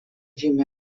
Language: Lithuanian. žymi